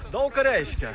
daug ką reiškia